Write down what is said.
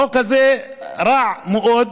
החוק הזה רע מאוד.